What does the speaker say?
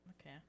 Okay